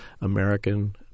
American